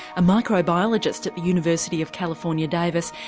a microbiologist at the university of california, davis,